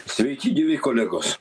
sveiki gyvi kolegos